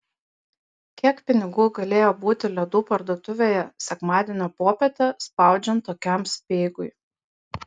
kiek pinigų galėjo būti ledų parduotuvėje sekmadienio popietę spaudžiant tokiam speigui